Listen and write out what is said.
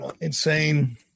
insane